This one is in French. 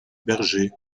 berger